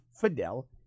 Fidel